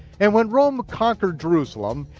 and when rome conquered jerusalem,